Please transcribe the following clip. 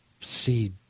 see